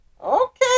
Okay